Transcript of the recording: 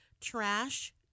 Trash